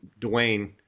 Dwayne